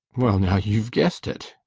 well now, you've guessed it!